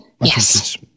Yes